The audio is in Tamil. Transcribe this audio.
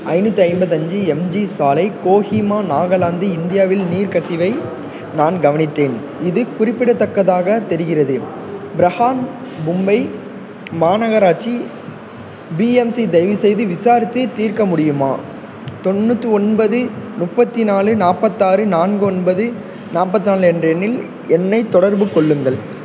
ஐந்நூற்றி ஐம்பத்தஞ்சு எம்ஜி சாலை கோஹிமா நாகாலாந்து இந்தியாவில் நீர் கசிவை நான் கவனித்தேன் இது குறிப்பிடத்தக்கதாகத் தெரிகிறது பிரஹான்மும்பை மாநகராட்சி பிஎம்சி தயவுசெய்து விசாரித்து தீர்க்க முடியுமா தொண்ணூற்றி ஒன்பது முப்பத்து நாலு நாற்பதாறு நான்கு ஒன்பது நாற்பத்தி நாலு என்ற எண்ணில் என்னைத் தொடர்பு கொள்ளுங்கள்